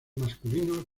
masculinos